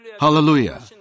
Hallelujah